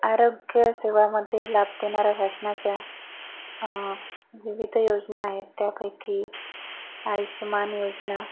आरोग्यसेवामध्ये लाभ देणाऱ्या शासनाच्या विविध योजना आहेत त्यापैकी आयुष्मान योजना